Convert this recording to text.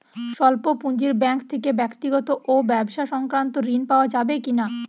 স্বল্প পুঁজির ব্যাঙ্ক থেকে ব্যক্তিগত ও ব্যবসা সংক্রান্ত ঋণ পাওয়া যাবে কিনা?